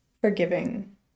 forgiving